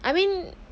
I mean